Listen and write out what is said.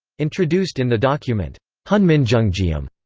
introduced in the document hunminjeongeum,